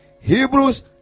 Hebrews